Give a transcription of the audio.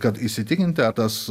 kad įsitikinti a tas